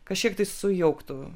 kažkiek tai sujauktų